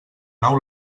nou